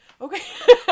Okay